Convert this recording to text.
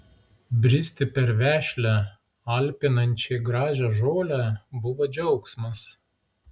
bristi per vešlią alpinančiai gražią žolę buvo džiaugsmas